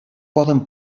poden